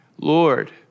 Lord